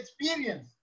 experience